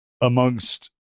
amongst